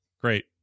Great